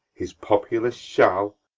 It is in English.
his popular shall,